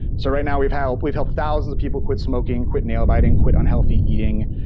so right now we've helped we've helped thousands of people quit smoking, quit nail biting, quit unhealthy eating.